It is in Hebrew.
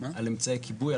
על אמצעי כיבוי,